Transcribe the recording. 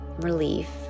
relief